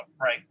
right